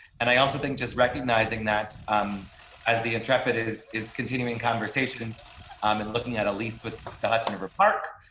and i also think just recognizing that um as the intrepid is is continuing conversations um and looking at least with the hudson river park.